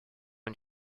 une